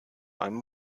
einem